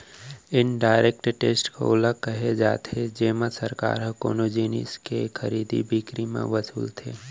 indirect tax ओला केहे जाथे जेमा सरकार ह कोनो जिनिस के खरीदी बिकरी म वसूलथे